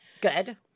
Good